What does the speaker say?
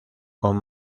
con